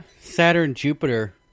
Saturn-Jupiter